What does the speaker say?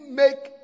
make